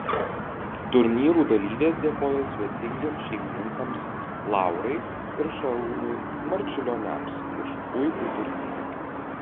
turnyrų dalyvės dėkojo svetingiems šeimininkams laurai ir šarūnui marčiulioniams už puikų turnyrą